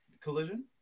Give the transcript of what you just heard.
Collision